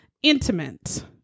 intimate